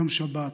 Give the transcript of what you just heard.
יום שבת,